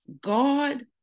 God